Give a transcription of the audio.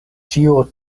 ĉio